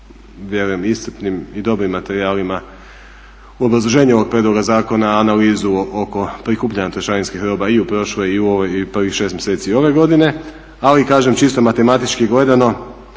vjerujem iscrpnim i dobrim materijalima u obrazloženju ovog prijedloga zakona analizu oko prikupljanja trošarinskih roba i u prošloj i u prvih 6 mjeseci ove godine, ali kažem čisto matematički gledano